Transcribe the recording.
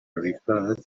referred